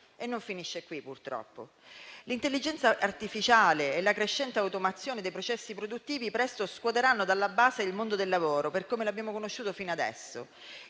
e non finisce qui, purtroppo. L'intelligenza artificiale e la crescente automazione dei processi produttivi presto scuoteranno dalla base il mondo del lavoro per come l'abbiamo conosciuto fino adesso;